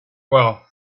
well